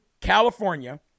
California